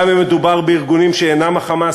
גם אם מדובר בארגונים שאינם ה"חמאס",